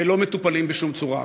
ולא מטופלים בשום צורה.